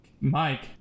Mike